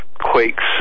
Quakes